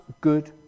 good